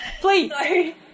Please